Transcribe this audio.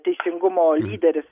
teisingumo lyderis